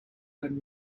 and